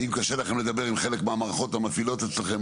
ואם קשה לכם לדבר עם חלק מהמערכות המפעילות אצלכם,